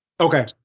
Okay